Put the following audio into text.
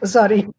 Sorry